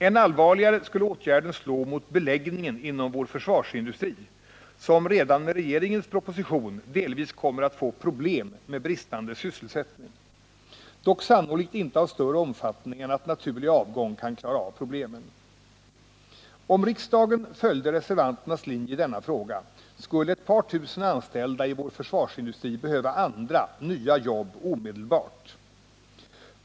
Än allvarligare skulle åtgärden slå mot beläggningen inom vår försvarsindustri, som redan med regeringens proposition delvis kommer att få problem med bristande sysselsättning — dock sannolikt inte av större omfattning än att naturlig avgång kan klara av problemen. Om riksdagen följde reservanternas linje i denna fråga, skulle ett par tusen anställda i vår försvarsindustri behöva andra, nya jobb omedelbart.